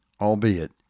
albeit